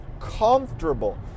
comfortable